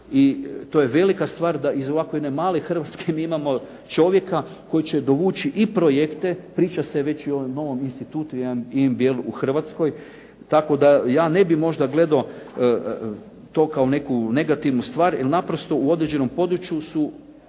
i to je velika stvar da iz ovako jedne male Hrvatske mi imamo čovjeka koji će dovući i projekte, priča se već i o ovom novom institutu EMBL-u u Hrvatskoj, tako da ja ne bih možda gledao to kao neku negativnu stvar jer naprosto u određenom području ima